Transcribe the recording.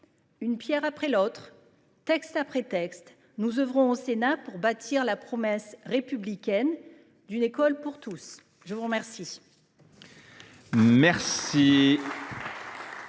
Une pierre après l’autre, texte après texte, nous œuvrons au Sénat pour bâtir la promesse républicaine d’une école pour tous. La parole